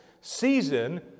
season